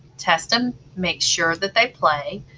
test them, make sure that they play,